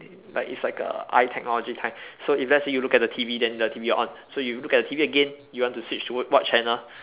like it's like a eye technology kind so if let's say you look at the T_V then the T_V will on so you look at the T_V again you want to switch to what channel